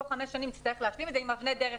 תוך חמש שנים היא תצטרך להשלים את זה עם אבני דרך,